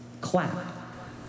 clap